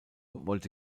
wollte